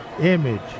image